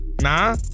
Nah